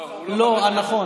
לא, לא.